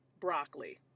broccoli